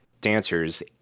Dancers